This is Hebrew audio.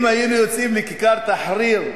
אם היינו יוצאים לכיכר תחריר,